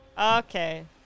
okay